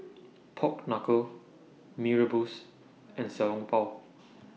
Pork Knuckle Mee Rebus and Xiao Long Bao